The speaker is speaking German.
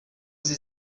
sie